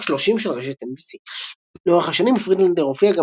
"רוק 30" של רשת NBC. לאורך השנים פרידלנדר הופיע